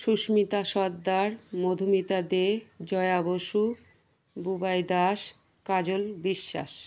Susmita Sardar Madhumita De Joya Basu Bubai Das Kajal Biswas